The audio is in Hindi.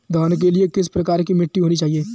धान के लिए किस प्रकार की मिट्टी होनी चाहिए?